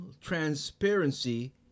transparency